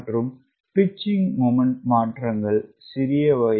மற்றும் pitching moment மாற்றங்கள் சிறியவை